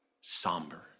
somber